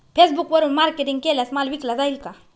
फेसबुकवरुन मार्केटिंग केल्यास माल विकला जाईल का?